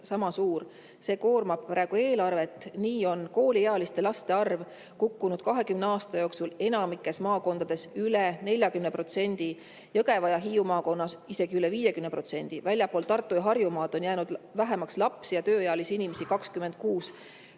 sama suur. See koormab praegu eelarvet. Kooliealiste laste arv on 20 aasta jooksul kukkunud enamikes maakondades üle 40%, Jõgeva ja Hiiu maakonnas isegi üle 50%. Väljaspool Tartu‑ ja Harjumaad on jäänud vähemaks lapsi ja tööealisi inimesi 26%,